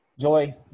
Joy